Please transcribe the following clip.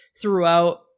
throughout